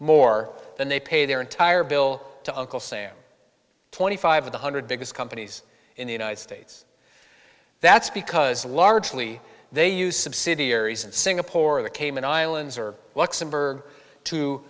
more than they pay their entire bill to uncle sam twenty five one hundred biggest companies in the united states that's because largely they use subsidiaries in singapore the cayman islands or